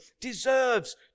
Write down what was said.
deserves